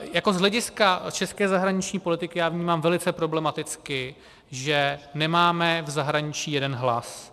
Jako z hlediska české zahraniční politiky já vnímám velice problematicky, že nemáme v zahraničí jeden hlas.